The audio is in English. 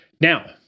Now